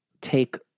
take